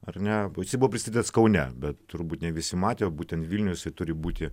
ar ne bet jisai buvo pristatytas kaune bet turbūt ne visi matėo būtent vilnius turi būti